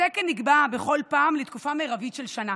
התקן נקבע בכל פעם לתקופה מרבית של שנה.